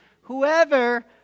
whoever